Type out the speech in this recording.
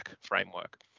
framework